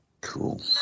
Cool